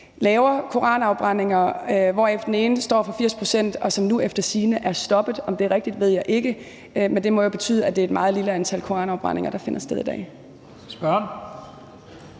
laver koranafbrændinger, hvoraf den ene står for 80 pct. og nu efter sigende er stoppet. Om det er rigtigt, ved jeg ikke. Men det må jo betyde, at det er et meget lille antal koranafbrændinger, der finder sted i dag.